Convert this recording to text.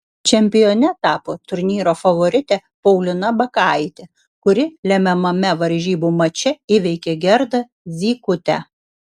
čempione tapo turnyro favoritė paulina bakaitė kuri lemiamame varžybų mače įveikė gerdą zykutę